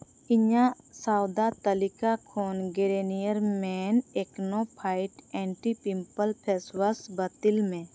ᱤᱧᱟᱹᱜ ᱥᱚᱣᱫᱟ ᱛᱟᱹᱞᱤᱠᱟ ᱠᱷᱚᱱ Garnier Men Acno Fight anti-pimple face wash ᱵᱟᱹᱛᱤᱞ ᱢᱮ